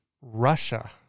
Russia